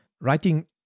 Writing